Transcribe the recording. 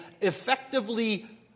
effectively